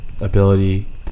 ability –